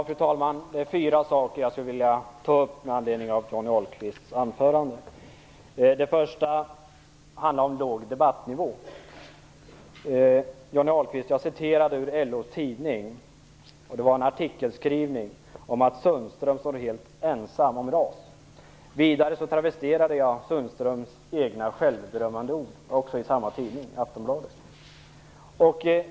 Fru talman! Det är fyra saker jag vill ta upp med anledning av Johnny Ahlqvists anförande. Det första är den låga debattnivån. Jag citerade ur LO:s tidning, Johnny Ahlqvist. Det var en skrivning i artikeln om att Anders Sundström står helt ensam om RAS. Vidare travesterade jag Sundströms egna självberömmande ord som också stod i samma tidning, nämligen Aftonbladet.